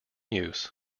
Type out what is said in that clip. use